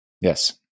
Yes